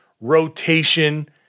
rotation